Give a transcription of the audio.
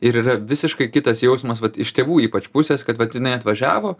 ir yra visiškai kitas jausmas vat iš tėvų ypač pusės kad vat jinai atvažiavo